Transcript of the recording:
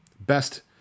best